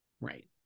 Right